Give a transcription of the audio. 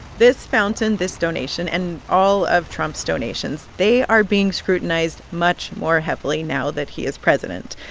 this fountain, this donation and all of trump's donations they are being scrutinized much more heavily now that he is president.